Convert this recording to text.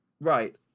right